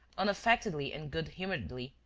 unaffectedly and good-humouredly,